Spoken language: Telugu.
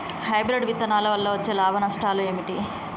హైబ్రిడ్ విత్తనాల వల్ల వచ్చే లాభాలు నష్టాలు ఏమిటి?